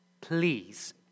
Please